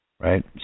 Right